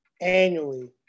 annually